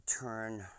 Turn